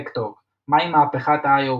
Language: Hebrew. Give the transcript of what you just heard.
Tech Talk מהי מהפכת ה-IoT?,